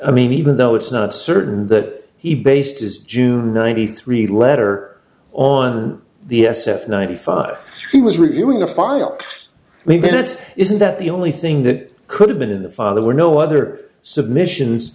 i mean even though it's not certain that he based his june ninety three letter on the s f ninety five he was reviewing a file maybe it isn't that the only thing that could have been in the father were no other submissions